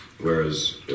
whereas